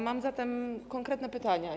Mam zatem konkretne pytania.